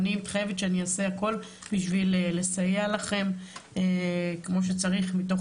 ואני מתחייבת שאני אעשה הכול בשביל לסייע לכם כמו שצריך מתוך